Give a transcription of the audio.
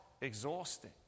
exhausting